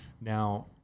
Now